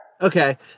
okay